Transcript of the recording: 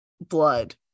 blood